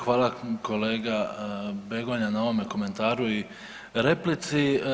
Hvala kolega Begonja na ovome komentaru i replici.